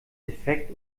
defekt